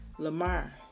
Lamar